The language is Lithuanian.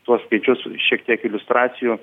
tuos skaičius šiek tiek iliustracijų